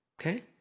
okay